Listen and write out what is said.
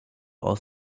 aus